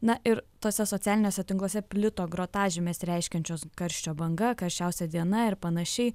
na ir tuose socialiniuose tinkluose plito grotažymės reiškiančios karščio banga karščiausia diena ir panašiai